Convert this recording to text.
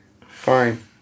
fine